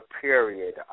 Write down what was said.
period